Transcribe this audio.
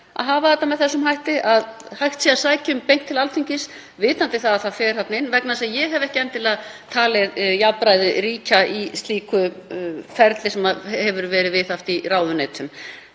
að hafa þetta með þeim hætti að hægt sé að sækja um beint til Alþingis, vitandi að það fer þarna inn, vegna þess að ég hef ekki endilega talið jafnræði ríkja í því ferli sem viðhaft hefur verið í ráðuneytum.